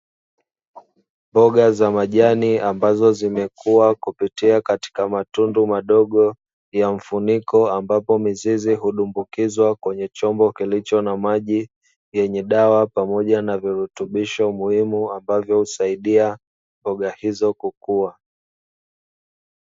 Mboga za majani ambazo zimekuwa kupitia katika matundu madogo ya mfuniko, ambapo mizizi hudumbukizwa kwenye chombo kilicho na maji yenye dawa pamoja na virutubisho muhimu ambavyo husaidia mboga hizo kukua.